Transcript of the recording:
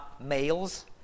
males